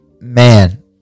man